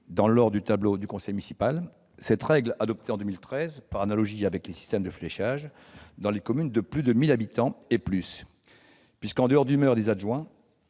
dans l'ordre du tableau du conseil municipal. Cette règle a été adoptée par analogie avec le système du fléchage dans les communes de plus de 1 000 habitants, puisque, en dehors du maire et des adjoints,